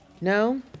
No